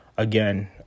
Again